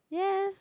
yes